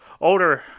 older